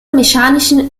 mechanischen